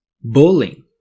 bowling